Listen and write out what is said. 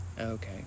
okay